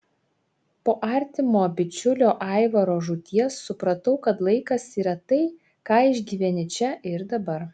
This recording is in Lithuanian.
po artimo bičiulio aivaro žūties supratau kad laikas yra tai ką išgyveni čia ir dabar